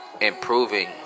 Improving